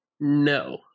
no